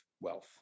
wealth